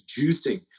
juicing